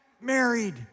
married